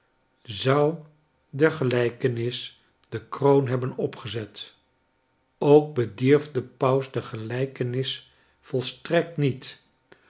zou der gelijkenis de kroon hebben opgezet ook bedierf de paus de gelijkenis volstrekt niet